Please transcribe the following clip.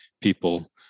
people